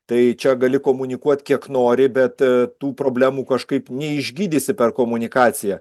tai čia gali komunikuot kiek nori bet tų problemų kažkaip neišgydysi per komunikaciją